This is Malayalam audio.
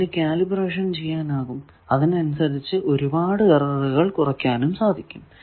അതിനു കാലിബ്രേഷൻ ചെയ്യാനാകും അതിനനുസരിച്ചു ഒരുപാടു എറർ കുറക്കാനും ആകും